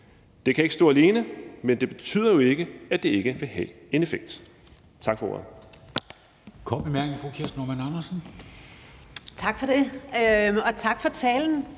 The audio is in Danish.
Det kan ikke stå alene, men det betyder jo ikke, at det ikke vil have en effekt.